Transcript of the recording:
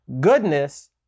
Goodness